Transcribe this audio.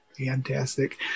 Fantastic